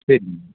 சரிங்க